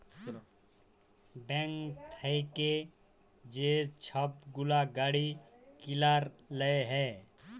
bank থ্যাইকে যে ছব গুলা গাড়ি কিলার লল হ্যয়